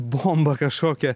bombą kažkokia